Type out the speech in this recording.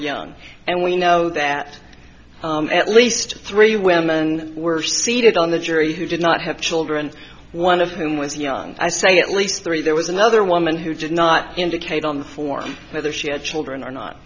young and we know that at least three women were seated on the jury who did not have children one of whom was young i say at least three there was another woman who did not indicate on the fourth whether she had children are not